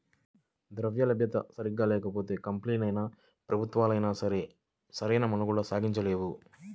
ద్రవ్యలభ్యత సరిగ్గా లేకపోతే కంపెనీలైనా, ప్రభుత్వాలైనా సరే సరైన మనుగడ సాగించలేవు